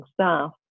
staff